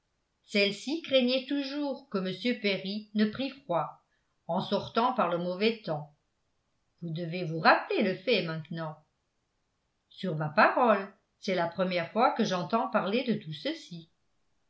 celle-ci craignait toujours que m perry ne prit froid en sortant par le mauvais temps vous devez vous rappeler le fait maintenant sur ma parole c'est la première fois que j'entends parler de tout ceci